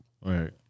Right